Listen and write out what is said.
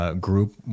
Group